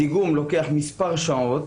הדיגום אורך מספר שעות.